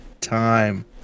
time